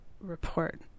report